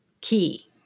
key